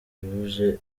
ruje